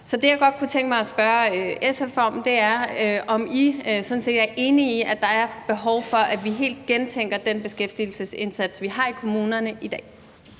Så det, jeg godt kunne tænke mig at spørge SF's ordfører om, er, om I i SF sådan set er enige i, at der er behov for, at vi fuldstændig gentænker den beskæftigelsesindsats, vi har i kommunerne i dag.